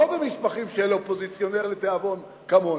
לא במסמכים של אופוזיציונר כמוני,